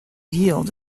yield